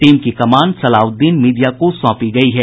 team की कमान सलाउद्दीन मिदिया को सौंपी गयी है